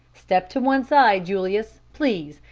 step to one side, julius, please,